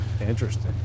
Interesting